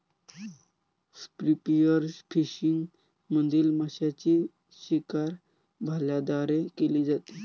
spearfishing मधील माशांची शिकार भाल्यांद्वारे केली जाते